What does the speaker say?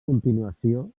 continuació